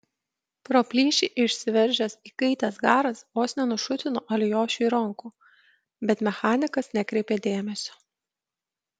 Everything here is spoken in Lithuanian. pro plyšį išsiveržęs įkaitęs garas vos nenušutino alijošiui rankų bet mechanikas nekreipė dėmesio